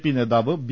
P നേതാവ് B